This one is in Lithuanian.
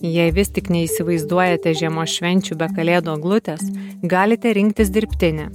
jei vis tik neįsivaizduojate žiemos švenčių be kalėdų eglutės galite rinktis dirbtinę